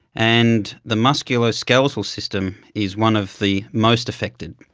and the musculoskeletal system is one of the most affected.